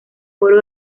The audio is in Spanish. oro